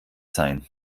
sein